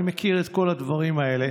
אני מכיר את כל הדברים האלה.